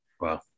Wow